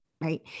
right